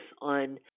on